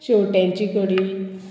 शेवट्यांची कडी